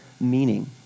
meaning